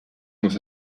muss